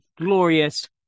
glorious